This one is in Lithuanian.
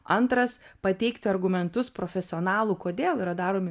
antras pateikti argumentus profesionalų kodėl yra daromi